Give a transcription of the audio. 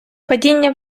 падіння